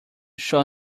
shall